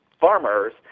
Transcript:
farmers